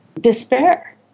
despair